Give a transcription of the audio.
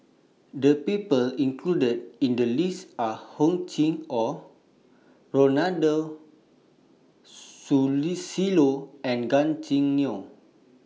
The People included in The list Are Hor Chim Or Ronald Susilo and Gan Choo Neo